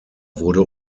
wurde